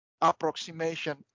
approximation